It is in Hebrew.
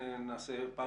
נעשה פאוזה.